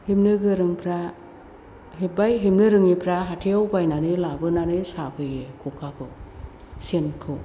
हेबनो गोरोंफ्रा हेब्बाय हेबनो रोङिफ्रा हाथायाव बायनानै लाबोनानै साफैयो खखाखौ सेनखौ